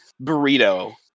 burrito